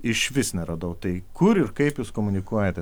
išvis neradau tai kur ir kaip jūs komunikuojate